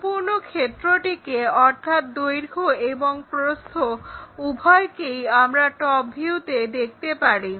সম্পূর্ণ ক্ষেত্রটিকে অর্থাৎ দৈর্ঘ্য এবং প্রস্থ উভয়কেই আমরা টপ ভিউতে দেখতে পারি